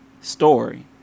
story